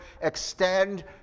extend